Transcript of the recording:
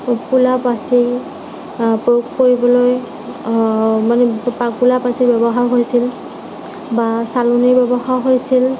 কুলা পাচি কৰিবলৈ কুলা পাচি ব্য়ৱহাৰ হৈছিল বা চালনী ব্য়ৱহাৰ হৈছিল